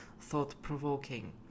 thought-provoking